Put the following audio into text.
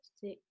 six